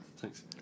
Thanks